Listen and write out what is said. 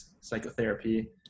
psychotherapy